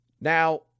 Now